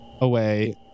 away